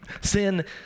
sin